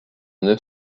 neuf